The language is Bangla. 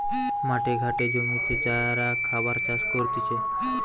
মাঠে ঘাটে জমিতে যারা খাবার চাষ করতিছে